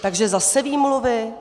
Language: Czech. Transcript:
Takže zase výmluvy?